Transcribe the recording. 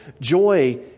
joy